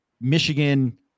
Michigan